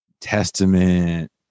Testament